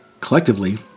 collectively